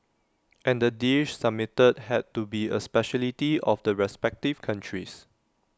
and the dish submitted had to be A speciality of the respective countries